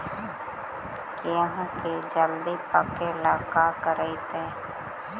गेहूं के जल्दी पके ल का करियै?